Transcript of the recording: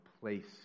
place